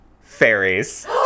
Fairies